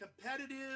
competitive